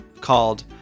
called